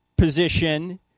position